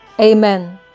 amen